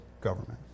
government